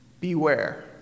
beware